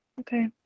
Okay